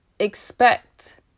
expect